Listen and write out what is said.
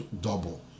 double